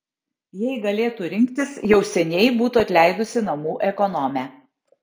jei galėtų rinktis jau seniai būtų atleidusi namų ekonomę